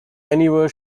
anywhere